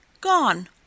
Gone